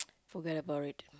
forget about it